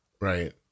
Right